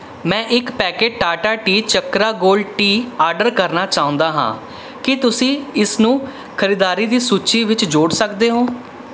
ਮੈਂ ਇੱਕ packet Tata tea Chakra gold tea order ਕਰਨਾ ਚਾਹੁੰਦਾ ਹਾਂ ਕੀ ਤੁਸੀਂ ਇਸਨੂੰ ਖਰੀਦਾਰੀ ਦੀ ਸੂਚੀ ਵਿੱਚ ਜੋੜ ਸਕਦੇ ਹੋ